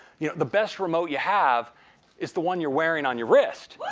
you the best remote you have is the one you're wearing on your wrist.